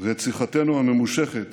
ואת שיחתנו הממושכת